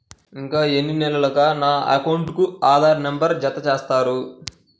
ఇంకా ఎన్ని నెలలక నా అకౌంట్కు ఆధార్ నంబర్ను జత చేస్తారు?